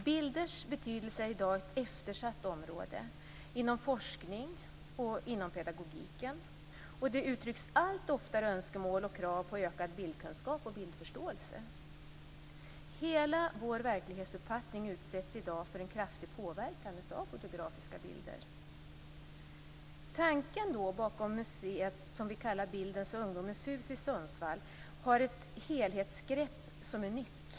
Bilders betydelse är i dag ett eftersatt område inom forskningen och pedagogiken. Det uttrycks allt oftare önskemål om och krav på ökad bildkunskap och bildförståelse. Hela vår verklighetsuppfattning utsätts i dag för en kraftig påverkan av fotografiska bilder. Tanken bakom det museum som vi kallar Bildens och ungdomens hus i Sundsvall omfattar ett helhetsgrepp som är nytt.